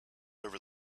over